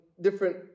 different